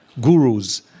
gurus